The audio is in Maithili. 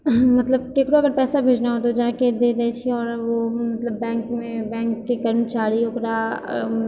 मतलब केकरो पर पैसा भेजना हो तऽ जाए के दे दए छियै आओर ओ मतलब बैंकमे बैंकके कर्मचारी ओकरा